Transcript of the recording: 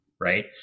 Right